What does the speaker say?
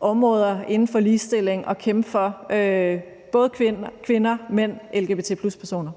områder inden for ligestilling at kæmpe for, både i forhold til kvinder, mænd, lgbt+-personer. Kl. 17:06 Formanden (Søren Gade):